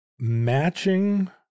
matching